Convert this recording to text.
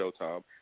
showtime